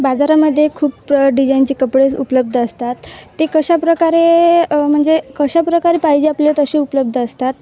बाजारामध्ये खूप डिजाईनचे कपडे उपलब्ध असतात ते कशाप्रकारे म्हणजे कशाप्रकारे पाहिजे आपल्या तसे उपलब्ध असतात